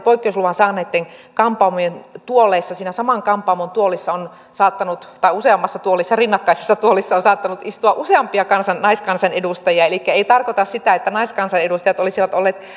poikkeusluvan saaneitten kampaamojen tuoleissa siinä saman kampaamon tuolissa tai useammassa tuolissa rinnakkaisessa tuolissa on saattanut istua useampia naiskansanedustajia elikkä ei se tarkoita sitä että naiskansanedustajat olisivat olleet